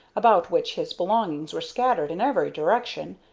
about which his belongings were scattered in every direction,